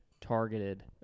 targeted